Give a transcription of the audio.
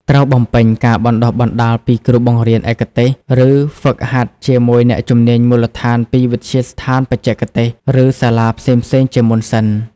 ត្រូវបំពេញការបណ្ដុះបណ្ដាលពីគ្រូបង្រៀនឯកទេស ឬហ្វឹកហាត់ជាមួយអ្នកជំនាញមូលដ្ឋានពីវិទ្យាស្ថានបច្ចេកទេស ឬសាលាផ្សេងៗជាមុនសិន។